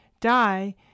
die